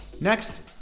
Next